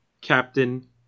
Captain